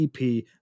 EP